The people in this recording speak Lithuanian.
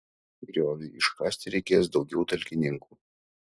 grioviui iškasti reikės daugiau talkininkų